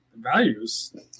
Values